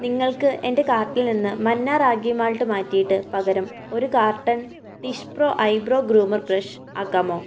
നിങ്ങൾക്ക് എന്റെ കാർട്ടിൽ നിന്ന് മന്ന റാഗി മാൾട്ട് മാറ്റിയിട്ട് പകരം ഒരു carton dish pro eyebrow groomer brush ആക്കാമോ